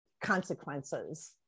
consequences